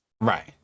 right